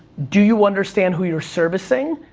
do you understand who you're servicing,